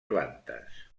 plantes